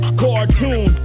cartoon